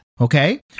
okay